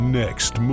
next